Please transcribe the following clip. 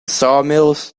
sawmills